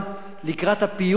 לקראת הפיוס הגדול,